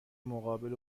مقابل